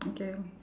okay